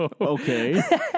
Okay